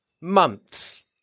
months